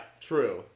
true